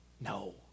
No